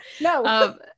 no